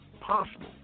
possible